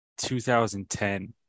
2010